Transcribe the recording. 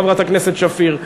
חברת הכנסת שפיר,